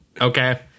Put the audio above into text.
Okay